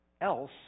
else